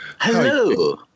Hello